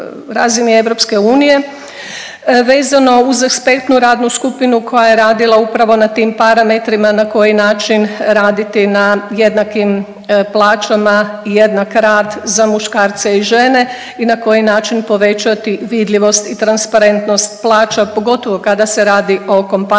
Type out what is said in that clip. razini EU vezano uz ekspertnu radnu skupinu koja je radila upravo na tim parametrima na koji način raditi na jednakim plaćama, jednak rad za muškarce i žene i na koji način povećati vidljivost i transparentnost plaća, pogotovo kada se radi o kompanijama